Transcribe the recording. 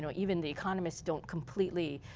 and even the economists don't completely